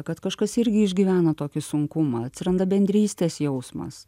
kad kažkas irgi išgyvena tokį sunkumą atsiranda bendrystės jausmas